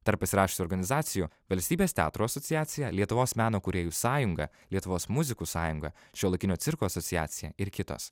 tarp pasirašiusių organizacijų valstybės teatro asociacija lietuvos meno kūrėjų sąjunga lietuvos muzikų sąjunga šiuolaikinio cirko asociacija ir kitos